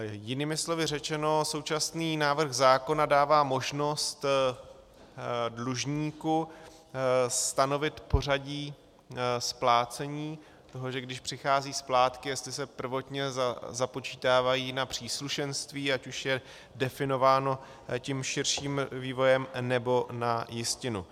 Jinými slovy řečeno, současný návrh zákona dává možnost dlužníku stanovit pořadí splácení toho, že když přichází splátky, jestli se prvotně započítávají na příslušenství, ať už je definováno tím širším vývojem, nebo na jistinu.